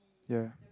ya